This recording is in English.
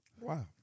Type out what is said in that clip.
Wow